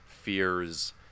fears